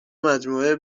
مجموعه